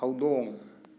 ꯍꯧꯗꯣꯡ